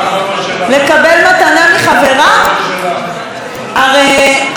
הרי אמר ראש הממשלה שמותר לקבל מתנות מחברים,